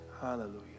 Hallelujah